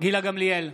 גילה גמליאל,